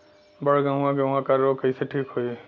बड गेहूँवा गेहूँवा क रोग कईसे ठीक होई?